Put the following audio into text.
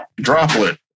droplet